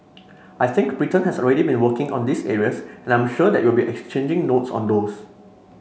I think Britain has already been working on these areas and I'm sure that we'll be exchanging notes on those